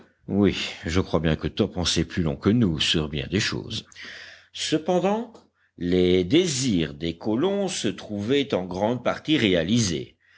paroles oui je crois bien que top en sait plus long que nous sur bien des choses cependant les désirs des colons se trouvaient en grande partie réalisés